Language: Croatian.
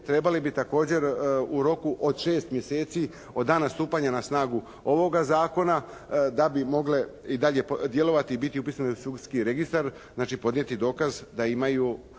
trebali bi također u roku od šest mjeseci od dana stupanja na snagu ovog zakona da bi mogle i dalje djelovati i biti u pisane u sudski registar, znači podnijeti dokaz da imaju